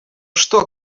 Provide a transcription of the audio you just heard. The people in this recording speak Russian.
что